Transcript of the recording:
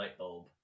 Lightbulb